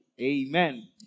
Amen